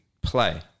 play